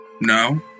No